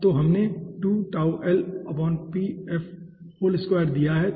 तो हमने दिया है